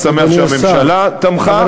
ואני שמח שהממשלה תמכה,